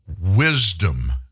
wisdom